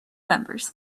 members